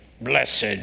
blessed